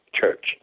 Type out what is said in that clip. church